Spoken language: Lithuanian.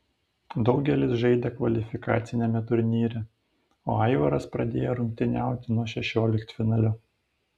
daugelis žaidė kvalifikaciniame turnyre o aivaras pradėjo rungtyniauti nuo šešioliktfinalio